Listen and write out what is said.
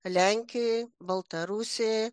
lenkijoj baltarusijoj